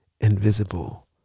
Invisible